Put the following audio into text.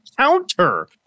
counter